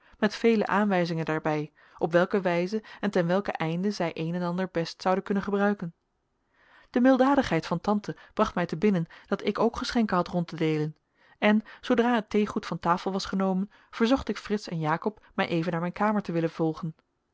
met vele aanwijzingen daarbij op welke wijze en ten welken einde zij een en ander best zouden kunnen gebruiken de milddadigheid van tante bracht mij te binnen dat ik ook geschenken had rond te deelen en zoodra het theegoed van tafel was genomen verzocht ik frits en jakob mij even naar mijn kamer te willen volgen